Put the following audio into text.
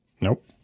Nope